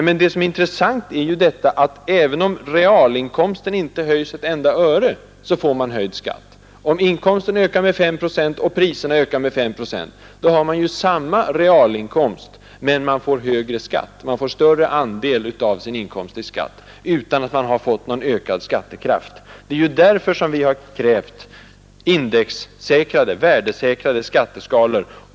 Men det som är intressant är ju detta att även om realinkomsten inte höjs ett enda öre, så får man höjd skatt. Om inkomsten ökar med 5 procent och priserna ökar med 5 procent har man ju samma realinkomst, men man får högre skatt. Man får betala en större andel av sin inkomst i skatt utan att ha fått någon ökad skattekraft. Det är ju därför som vi har krävt värdesäkrade skatteskalor.